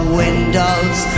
windows